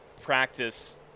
practice